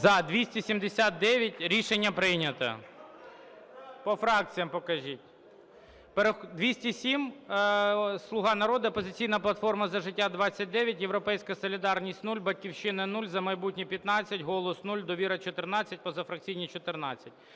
За-279 Рішення прийнято. По фракціям покажіть. 207 - "Слуга народу", "Опозиційна платформа – За життя" – 29, "Європейська солідарність" – 0, "Батьківщина" – 0, "За майбутнє" – 15, "Голос" – 0, "Довіра" – 14, позафракційні – 14.